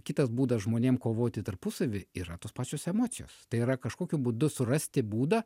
kitas būdas žmonėm kovoti tarpusavy yra tos pačios emocijos tai yra kažkokiu būdu surasti būdą